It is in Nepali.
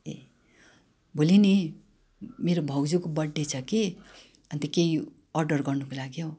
ए भोलि नि मेरो भाउजुूको बर्थडे छ कि अन्त केही अर्डर गर्नुको लागि हौ